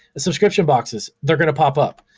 the subscription boxes, they're gonna pop up.